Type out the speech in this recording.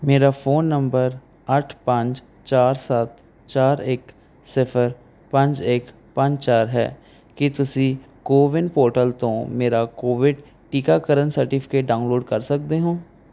ਮੇਰਾ phone number ਅੱਠ ਪੰਜ ਚਾਰ ਸੱਤ ਚਾਰ ਇੱਕ ਸਿਫ਼ਰ ਪੰਜ ਇੱਕ ਪੰਜ ਚਾਰ ਹੈ ਕੀ ਤੁਸੀਂ ਕੋਵਿਨ ਪੋਰਟਲ ਤੋਂ ਮੇਰਾ ਕੋਵਿਡ ਟੀਕਾਕਰਨ ਸਰਟੀਫਿਕੇਟ ਡਾਊਨਲੋਡ ਕਰ ਸਕਦੇ ਹੋ